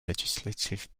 legislative